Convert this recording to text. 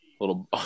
Little